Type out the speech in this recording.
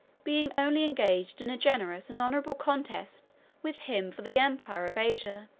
being only engaged in a generous and honorable contest with him for the empire of asia.